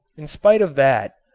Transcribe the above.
in spite of that,